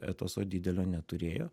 etoso didelio neturėjo